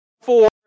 four